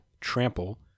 trample